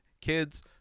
Kids